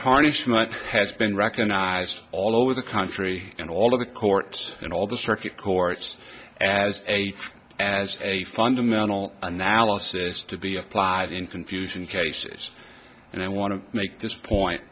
tarnish has been recognized all over the country and all of the courts in all the circuit courts as a as a fundamental analysis to be applied in confusion cases and i want to make this point